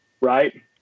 Right